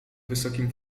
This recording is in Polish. wysokim